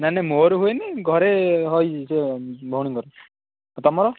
ନାଇଁ ନାଇଁ ମୋର ହୁଏନି ଘରେ ହଇ ସେ ଭଉଣୀଙ୍କର ଆଉ ତୁମର